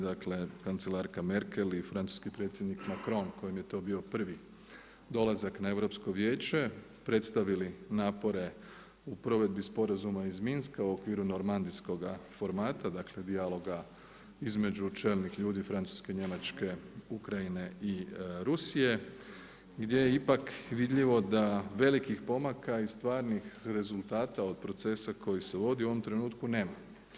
Dakle, kancelarka Merkel i francuski predsjednik Macron kojem to bio prvi dolazak na Europsko vijeće predstavili napore u provedbi Sporazuma iz Minska u okviru normandijskoga formata, dakle dijaloga između čelnih ljudi Francuske, Njemačke, Ukrajine i Rusije gdje je ipak vidljivo da velikih pomaka i stvarnih rezultata od procesa koji se vodi u ovom trenutku nema.